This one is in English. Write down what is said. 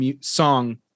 song